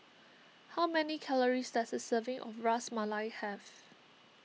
how many calories does a serving of Ras Malai have